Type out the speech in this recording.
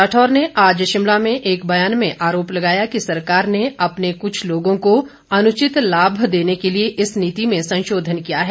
राठौर ने आज शिमला में एक ब्यान में आरोप लगाया कि सरकार ने अपने कुछ लोगों को अनुचित लाभ देने के लिए इस नीति में संशोधन किया है